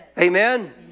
Amen